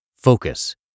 Focus